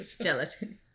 Gelatin